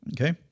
okay